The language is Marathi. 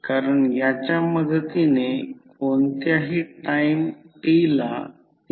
तर हे 5 KVA दिले आहे म्हणून 5 1000 अँपिअर 250V I2